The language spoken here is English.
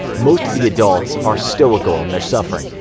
most of the adults are stoical in their suffering,